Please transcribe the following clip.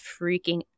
freaking